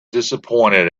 disappointed